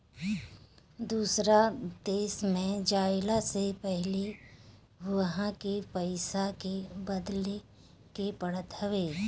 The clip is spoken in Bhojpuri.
दूसरा देश में जइला से पहिले उहा के पईसा के बदले के पड़त हवे